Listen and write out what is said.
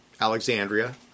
Alexandria